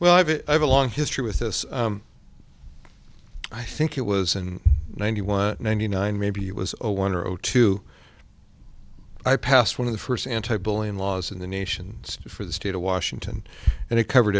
well i have a long history with this i think it was in ninety one ninety nine maybe it was a one or zero two i passed one of the first anti bullying laws in the nation for the state of washington and it covered